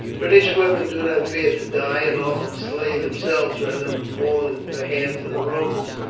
british women do not fear to die, and often slay themselves rather than fall into the hands of the romans,